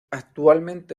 actualmente